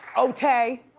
o-tay?